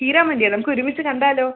തീരാൻ വേണ്ടിയാണ് നമുക്കൊരുമിച്ച് കണ്ടാലോ